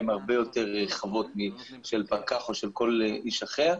הן הרבה יותר רחבות משל פקח או של כל איש אחר.